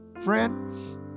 Friend